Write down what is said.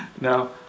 No